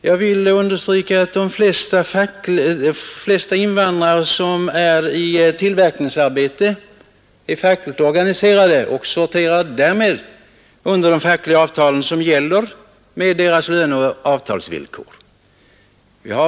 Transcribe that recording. Jag vill understryka att de flesta invandrare som är verksamma i tillverkningsarbete är fackligt organiserade och därmed sorterar under de fackliga avtalen med deras lönebestämmelser och allmänna villkor.